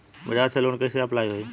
बज़ाज़ से लोन कइसे अप्लाई होई?